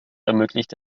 ermöglicht